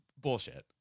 bullshit